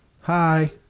Hi